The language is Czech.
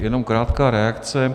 Jenom krátká reakce.